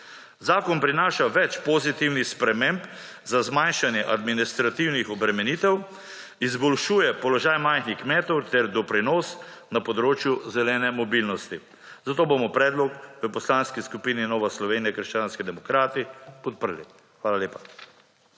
Zakon prinaša več pozitivnih sprememb za zmanjšanje administrativnih obremenitev, izboljšuje položaj majhnih kmetov ter doprinos na področju zelene mobilnosti. Zato bomo predlog v Poslanski skupini Nova Slovenija – krščanski demokrati podprli. Hvala lepa.